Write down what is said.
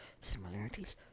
similarities